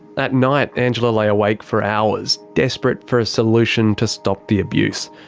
at night, angela lay awake for hours, desperate for a solution to stop the abuse.